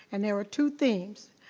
and there were two themes.